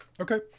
Okay